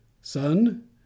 Son